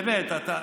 באמת, אתה,